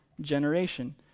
generation